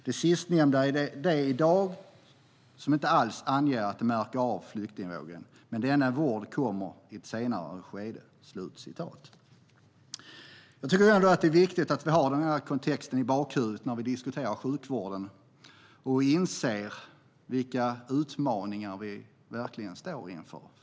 De sistnämnda är de som idag inte alls anger att de märkt av flyktingvågen men denna vård kommer i senare skede.'" Det är viktigt att vi har den kontexten i bakhuvudet då vi diskuterar sjukvården och att vi inser vilka utmaningar vi kommer att stå inför.